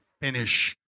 finish